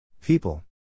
People